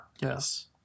yes